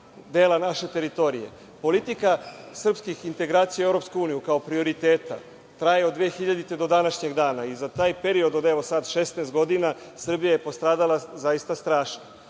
dela naše teritorije. Politika srpskih integracija u EU kao prioriteta traje od 2000. godine do današnjeg dana i za taj period od evo sada 16 godina Srbija je postradala zaista strašno.